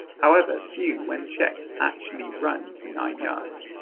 however, few, when checked, actually run to nine yards.